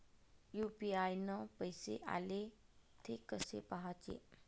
UPI न पैसे आले, थे कसे पाहाचे?